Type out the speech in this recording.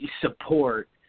support